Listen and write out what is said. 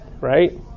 right